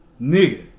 nigga